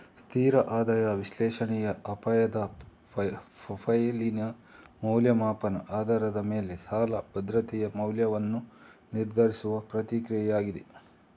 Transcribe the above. ಸ್ಥಿರ ಆದಾಯ ವಿಶ್ಲೇಷಣೆಯ ಅಪಾಯದ ಪ್ರೊಫೈಲಿನ ಮೌಲ್ಯಮಾಪನದ ಆಧಾರದ ಮೇಲೆ ಸಾಲ ಭದ್ರತೆಯ ಮೌಲ್ಯವನ್ನು ನಿರ್ಧರಿಸುವ ಪ್ರಕ್ರಿಯೆಯಾಗಿದೆ